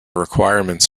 requirements